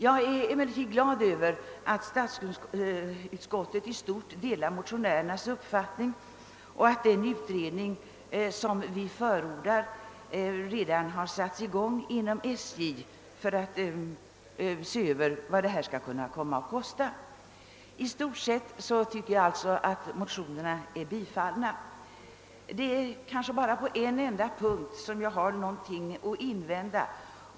Jag är emellertid glad att statsutskottet i stort delar motionärernas uppfattning och att den utredning som vi förordar redan har satts i gång inom SJ, där det skall undersökas vad detta kan komma att kosta. Jag tycker alltså att motionerna i stort sett är tillstyrkta. Bara på en enda punkt har jag någonting att invända.